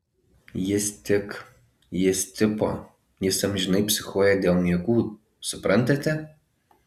jis tik jis tipo jis amžinai psichuoja dėl niekų suprantate